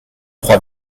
trois